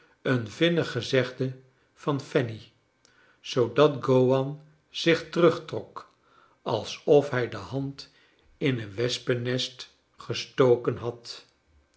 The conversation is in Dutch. een vinnig gezegde van fanny zoodat gowan zich terugtrok als of hij de hand in een wespennes t gestoken had